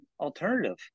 alternative